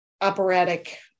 operatic